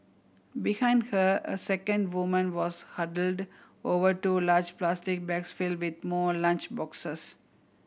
behind her a second woman was huddled over two large plastic bags filled with more lunch boxes